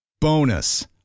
Bonus